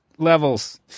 Levels